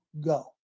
go